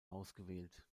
ausgewählt